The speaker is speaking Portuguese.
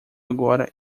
agora